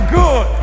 good